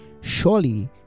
surely